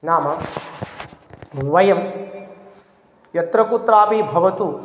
नाम वयं यत्र कुत्रापि भवतु